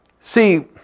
See